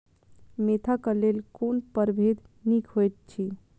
Mentha क लेल कोन परभेद निक होयत अछि?